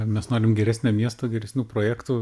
mes norim geresnio miesto geresnių projektų